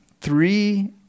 Three